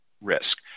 risk